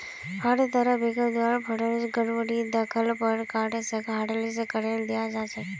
हर तरहर बैंकेर द्वारे फंडत गडबडी दख ल पर कार्डसक हाटलिस्ट करे दियाल जा छेक